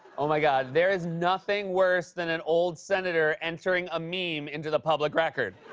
oh, my god. there is nothing worse than an old senator entering a meme into the public record.